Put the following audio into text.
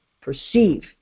perceive